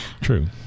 True